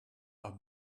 are